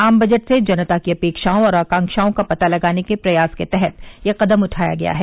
आम बजट से जनता की अपेक्षाओं और आकांक्षाओं का पता लगाने के प्रयास के तहत ये कदम उठाया गया है